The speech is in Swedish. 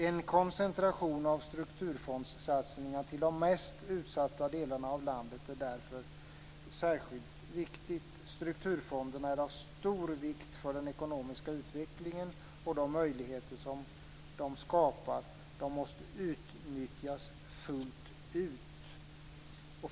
En koncentration av strukturfondssatsningar till de mest utsatta delarna av landet är därför särskilt viktig. Strukturfonderna är av stor vikt för den ekonomiska utvecklingen, och de möjligheter som de skapar måste utnyttjas fullt ut.